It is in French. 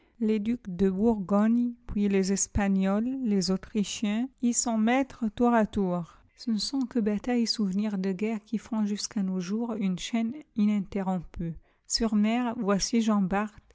les ducs de bourgogne puis les espagnols les autrichiens y sont maîtres tour à tour ce ne sont que batailles et souvenirs de guerre qui font jusqu'à nos jours une chaîne ininterrompue sur mer voici jean bart